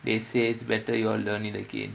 they say it's better ya'll learn it again